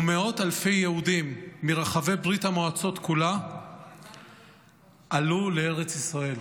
ומאות אלפי יהודים מרחבי ברית המועצות כולה עלו לארץ ישראל.